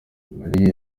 mali